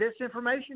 disinformation